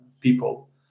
people